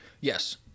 Yes